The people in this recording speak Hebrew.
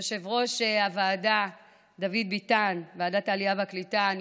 והיושב-ראש הנמרץ של ועדת העלייה והקליטה דוד ביטן,